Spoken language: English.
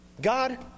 God